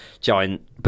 giant